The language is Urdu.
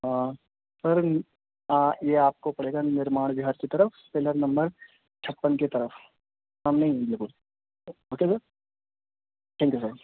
ہاں سر یہ آپ کو پڑے گا نرماڑ بہار کی طرف پلر نمبر چھپن کی طرف سامنے ہی ہے وہ okay sir thank you sir